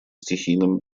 стихийным